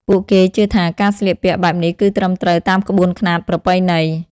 ពួកគេជឿថាការស្លៀកពាក់បែបនេះគឺត្រឹមត្រូវតាមក្បួនខ្នាតប្រពៃណី។